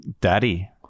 daddy